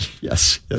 Yes